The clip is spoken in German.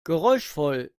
geräuschvoll